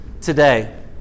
today